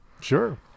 Sure